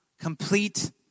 Complete